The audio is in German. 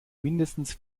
mindestens